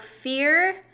fear